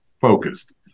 focused